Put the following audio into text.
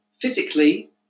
physically